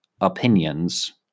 opinions